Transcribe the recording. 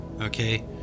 Okay